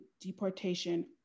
deportation